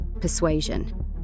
persuasion